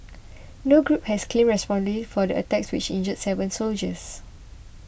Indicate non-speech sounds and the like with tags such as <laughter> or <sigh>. no group has claimed <unintelligible> for the attacks which injured seven soldiers